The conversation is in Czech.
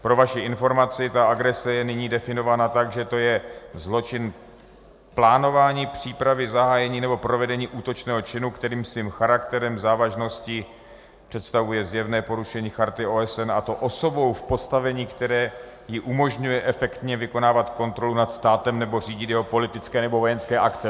Pro vaši informaci, agrese je nyní definována tak, že to je zločin plánování, přípravy, zahájení nebo provedení útočného činu, který svým charakterem, závažností představuje zjevné porušení Charty OSN, a to osobou v postavení, které jí umožňuje efektně vykonávat kontrolu nad státem nebo řídit jeho politické nebo vojenské akce.